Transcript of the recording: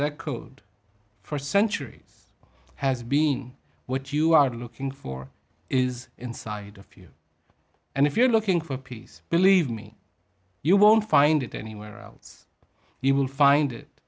echoed for centuries has been what you are looking for is inside a few and if you're looking for peace believe me you won't find it anywhere else you will find it